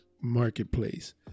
marketplace